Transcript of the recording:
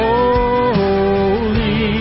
Holy